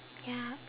ya